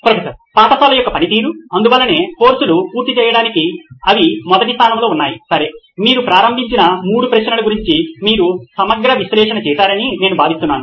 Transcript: professor పాఠశాల యొక్క పనితీరు అందువల్లనే కోర్సులు పూర్తి చేయడానికి అవి మొదటి స్థానంలో ఉన్నాయి సరే మీరు ప్రారంభించిన మూడు ప్రశ్నల గురించి మీరు సమగ్ర విశ్లేషణ చేశారని నేను భావిస్తున్నాను